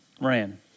ran